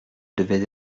devais